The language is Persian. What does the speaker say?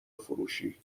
فروشی